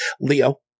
Leo